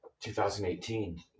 2018